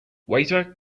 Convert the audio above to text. waiter